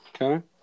okay